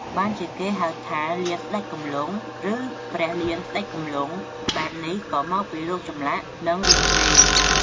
បានជាគេហៅ លានស្តេចគំលង់ ឬព្រះលានស្តេចគំលង់ បែបនេះក៏មកពីរូបចម្លាក់និងរឿងព្រេង។